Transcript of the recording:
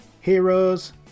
Heroes